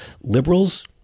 liberals